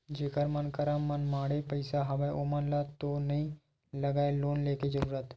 जेखर मन करा मनमाड़े पइसा हवय ओमन ल तो नइ लगय लोन लेके जरुरत